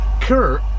Kurt